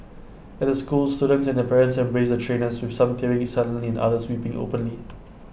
at the school students and their parents embraced the trainers with some tearing silently and others weeping openly